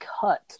cut